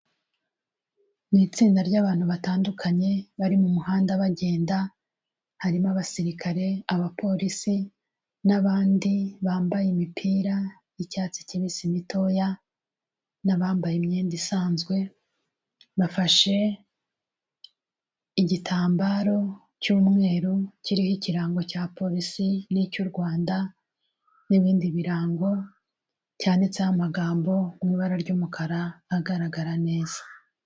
Mu itsinda ry'abantu batandukanye bari mu muhanda bagenda, harimo abasirikare, abapolisi n'abandi bambaye imipira y'icyatsi kibisi mitoya n'abambaye imyenda isanzwe, bafashe igitambaro cy'umweru kiriho ikirango cya polisi n'icy'u Rwanda n'ibindi birango cyanditseho amagambo mu ibara ry'umukara agaragara neza.